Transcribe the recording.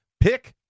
Pick